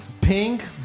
Pink